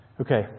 okay